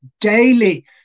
daily